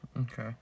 Okay